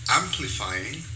amplifying